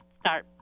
start